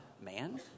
man